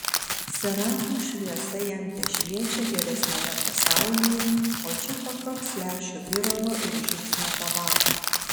serafų šviesa jam tešviečia geresniame pasaulyje o čia pakaks lęšių viralo ir žiupsnio tabako